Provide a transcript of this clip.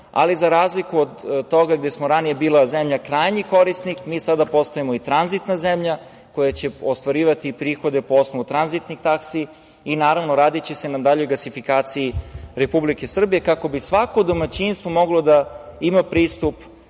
ali za razliku od toga gde smo ranije bili zemlja krajnji korisnik, mi sada postajemo i tranzitna zemlja koja će ostvarivati prihode po osnovu tranzitnih taksi i naravno, radiće se na daljoj gasifikaciji Republike Srbije, kako bi svako domaćinstvo moglo da ima pristup